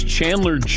Chandler